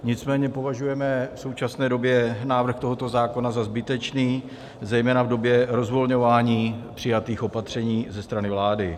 Nicméně považujeme v současné době návrh tohoto zákona za zbytečný, zejména v době rozvolňování přijatých opatření ze strany vlády.